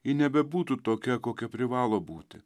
ji nebebūtų tokia kokia privalo būti